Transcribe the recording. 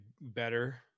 better